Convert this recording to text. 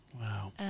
Wow